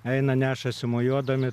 eina nešasi mojuodami